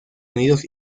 unidos